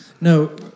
No